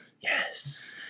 yes